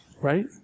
right